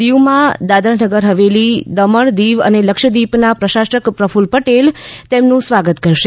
દીવમાં દાદરાનગર હવેલી દમણ દિવ અને લક્ષ્યદ્વીપના પ્રશાસક પ્રકૃલ પટેલ તેમનું સ્વાગત કરશે